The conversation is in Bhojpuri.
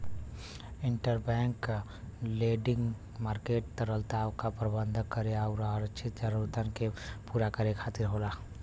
इंटरबैंक लेंडिंग मार्केट तरलता क प्रबंधन करे आउर आरक्षित जरूरतन के पूरा करे खातिर होला